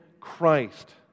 Christ